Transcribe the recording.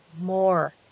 more